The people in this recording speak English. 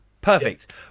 Perfect